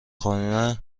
خانه